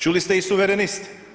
Čuli ste i suvereniste.